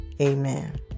Amen